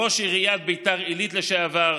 ראש עיריית ביתר עילית לשעבר,